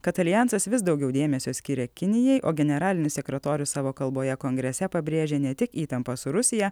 kad aljansas vis daugiau dėmesio skiria kinijai o generalinis sekretorius savo kalboje kongrese pabrėžė ne tik įtampą su rusija